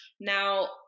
now